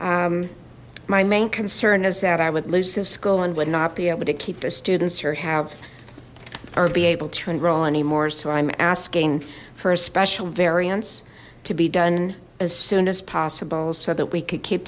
sorry my main concern is that i would lose in school and would not be able to keep the students or have or be able to enroll any more so i'm asking for a special variance to be done as soon as possible so that we could keep